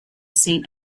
saint